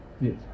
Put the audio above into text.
Yes